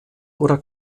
oder